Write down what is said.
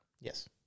Yes